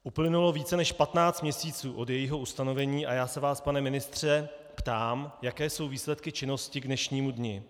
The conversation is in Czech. Uplynulo více než 15 měsíců od jejího ustanovení a já se vás, pane ministře, ptám, jaké jsou výsledky činnosti k dnešnímu dni.